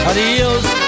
Adios